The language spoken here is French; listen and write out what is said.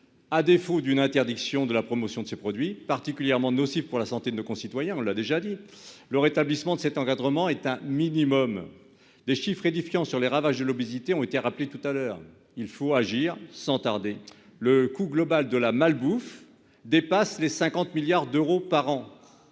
À défaut d'une interdiction de la promotion de ces produits, particulièrement nocifs pour la santé de nos concitoyens- comme nous l'avons déjà dit -, le rétablissement de cet encadrement constitue un minimum. Des chiffres édifiants sur les ravages de l'obésité ont été rappelés tout à l'heure. Il faut agir, sans tarder. Le coût global de la malbouffe dépasse les 50 milliards d'euros par an,